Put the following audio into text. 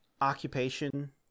Occupation